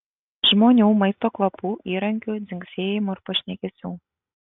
žmonių maisto kvapų įrankių dzingsėjimo ir pašnekesių